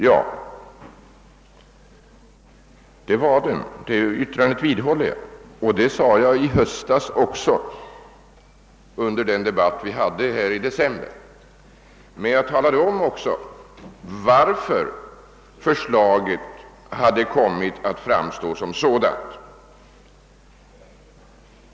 Ja, det var den; det yttrandet vidhåller jag. Jag framhöll detta redan under den debatt vi hade här i kammaren i december i fjol, men jag talade också om varför förslaget hade kommit att framstå som sådant.